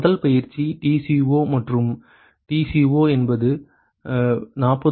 முதல் பயிற்சி TCo மற்றும் TCo என்பது 40